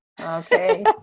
Okay